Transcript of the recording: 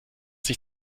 sich